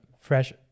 fresh